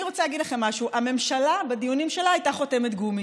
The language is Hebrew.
אני רוצה להגיד לכם משהו: הממשלה בדיונים שלה הייתה חותמת גומי.